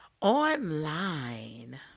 online